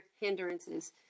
hindrances